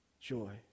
joy